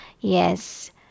Yes